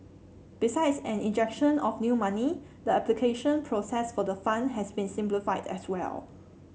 besides an injection of new money the application process for the fund has been simplified as well